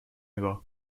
نگاه